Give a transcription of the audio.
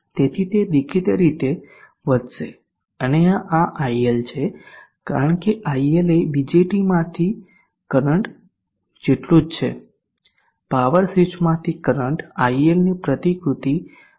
તેથી તે રેખીય રીતે વધશે અને આ il છે કારણ કે il એ BJT માંથી કરંટ જેટલું જ છે પાવર સ્વીચ માંથી કરંટ il ની પ્રતિકૃતિ il બની રહ્યું છે